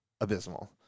abysmal